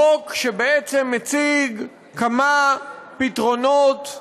חוק שבעצם מציג כמה פתרונות מינוריים,